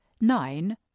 nine